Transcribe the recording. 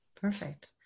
Perfect